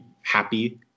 happy